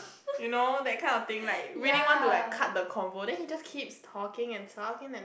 you know that kind of thing like really want to like cut the convo then he just keep talking and talking and